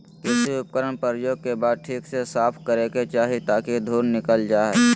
कृषि उपकरण प्रयोग के बाद ठीक से साफ करै के चाही ताकि धुल निकल जाय